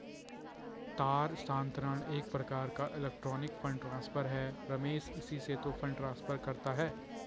तार स्थानांतरण एक प्रकार का इलेक्ट्रोनिक फण्ड ट्रांसफर है रमेश इसी से तो फंड ट्रांसफर करता है